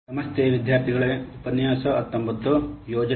ಶುಭ ಅಪರಾಹ್ನ